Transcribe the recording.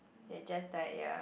that just died ya